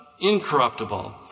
incorruptible